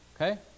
Okay